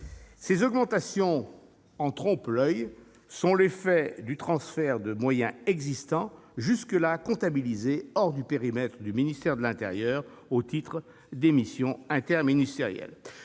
Ces augmentations en trompe-l'oeil sont l'effet du transfert de moyens existants, jusque-là comptabilisés hors du périmètre du ministère de l'intérieur, au titre des missions interministérielles.